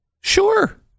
Sure